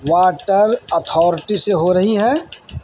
water authority سے ہو رہی ہے